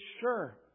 sure